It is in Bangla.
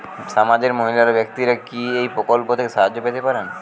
সমাজের মহিলা ব্যাক্তিরা কি এই প্রকল্প থেকে সাহায্য পেতে পারেন?